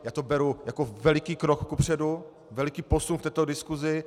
Já to beru jako veliký krok kupředu, veliký posun v této diskusi.